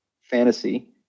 fantasy